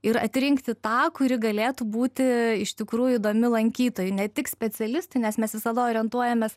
ir atrinkti tą kuri galėtų būti iš tikrųjų įdomi lankytojui ne tik specialistui nes mes visada orientuojamės